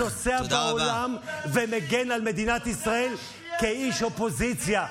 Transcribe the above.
נוסע בעולם ומגן על מדינת ישראל כאיש אופוזיציה.